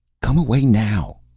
come away, now!